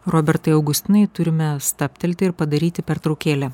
robertai augustinai turime stabtelti ir padaryti pertraukėlę